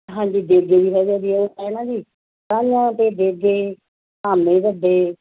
ਹਾਂਜੀ ਦੇਗੇ ਵੀ ਹੈਗੇ ਹੈ ਜੀ ਉਹ ਐਂ ਨਾ ਜੀ ਤਾਂਹੀਓ ਤਾਂ ਦੇਗੇ ਧਾਮੇ ਵੱਡੇ